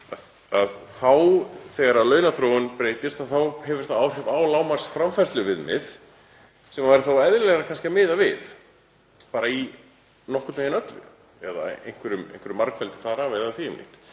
og þegar launaþróun breytist þá hefur það áhrif á lágmarksframfærsluviðmið sem væri þá eðlilegra kannski að miða við, bara í nokkurn veginn öllu eða einhverju margfeldi þar af eða því um líkt,